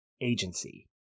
agency